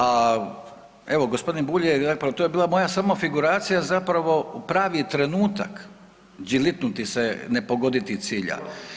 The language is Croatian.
A evo g. Bulj je, zapravo to je bila moja samo figuracija zapravo pravi trenutak džilitnuti se, ne pogoditi cilja.